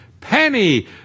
penny